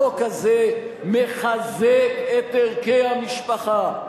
החוק הזה מחזק את ערכי המשפחה,